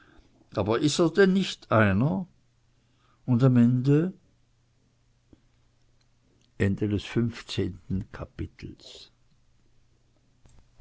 aber is er denn nich einer und am ende